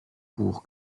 pour